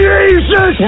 Jesus